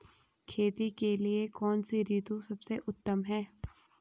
खेती के लिए कौन सी ऋतु सबसे उत्तम है?